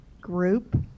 group